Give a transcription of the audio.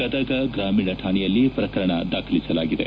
ಗದಗ ಗ್ರಾಮೀಣ ಠಾಣೆಯಲ್ಲಿ ಪ್ರಕರಣ ದಾಖಲಿಸಲಾಗಿದೆ